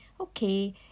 okay